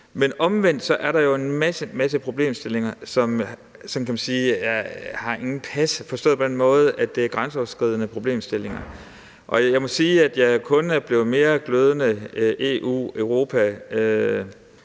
Men omvendt er der jo en masse, masse problemstillinger, som man kan sige ingen pas har, forstået på den måde, at det er grænseoverskridende problemstillinger. Jeg må sige, at jeg kun er blevet mere glødende